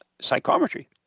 psychometry